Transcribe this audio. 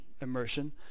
immersion